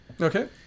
Okay